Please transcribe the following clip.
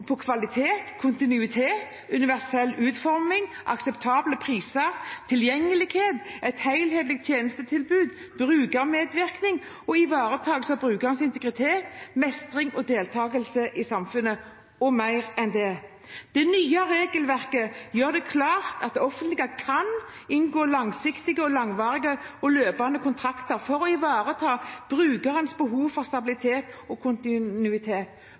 kvalitet, kontinuitet, universell utforming, akseptable priser, tilgjengelighet, et helhetlig tjenestetilbud, brukermedvirkning og ivaretakelse av brukerens integritet, mestring og deltakelse i samfunnet – og mer til. Det nye regelverket gjør det klart at det offentlige kan inngå langsiktige, langvarige og løpende kontrakter for å ivareta brukerens behov for stabilitet og kontinuitet.